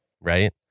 Right